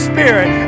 Spirit